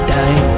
die